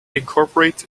incorporates